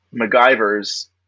MacGyver's